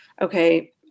Okay